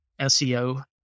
SEO